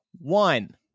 One